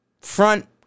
front